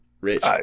Rich